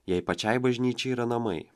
jai pačiai bažnyčia yra namai